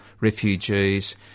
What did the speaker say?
refugees